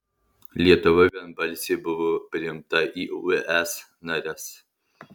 lietuva vienbalsiai buvo priimta į uis nares